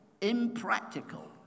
impractical